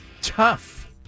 Tough